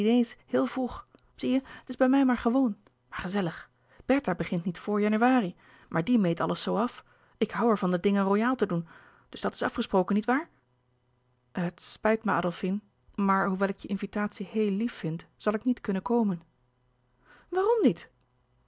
heel vroeg zie je het is bij mij maar gewoon louis couperus de boeken der kleine zielen maar gezellig bertha begint niet vr januari maar die meet alles zoo af ik hoû er van de dingen royaal te doen dus dat is afgesproken niet waar het spijt mij adolfine maar hoewel ik je invitatie heel lief vind zal ik niet kunnen komen waarom niet